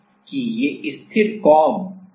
अब बाहरी परिपथ के कारण कुछ स्ट्रे कैपेसिटेंस भी है